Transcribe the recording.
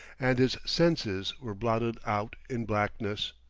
and his senses were blotted out in blackness.